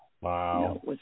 Wow